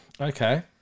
Okay